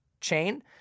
chain